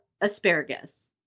asparagus